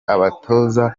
abatoza